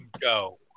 go